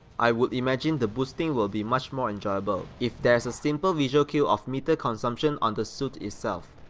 i would imagine the boosting will be much more enjoyable, if there's a simple visual queue of meter consumption on the suit itself.